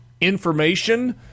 information